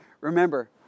Remember